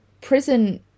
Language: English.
prison